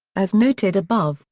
as noted above,